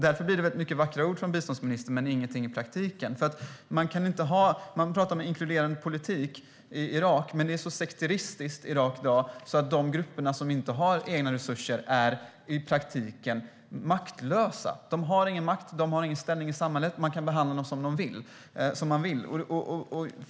Därför blir det väldigt många vackra ord från biståndsministern, men i praktiken betyder de ingenting. Man pratar om inkluderande politik i Irak, men det är så sekteristiskt där att de grupper som inte har egna resurser i praktiken är maktlösa. De har ingen makt och ingen ställning i samhället. Man kan behandla dem som man vill.